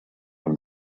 from